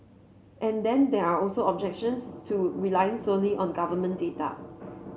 and then there are also objections to relying solely on government data